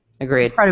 Agreed